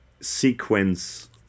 sequence